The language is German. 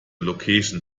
location